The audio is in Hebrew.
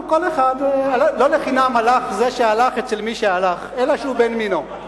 לא לחינם הלך זה שהלך אצל מי שהלך אלא שהוא בן מינו.